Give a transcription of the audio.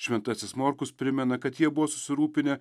šventasis morkus primena kad jie buvo susirūpinę